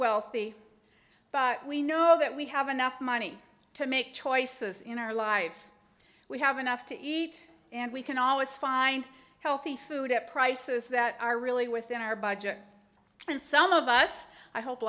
wealthy but we know that we have enough money to make choices in our lives we have enough to eat and we can always find healthy food at prices that are really within our budget and some of us i hope